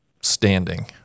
standing